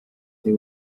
they